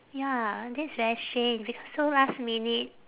ya that's very strange because so last minute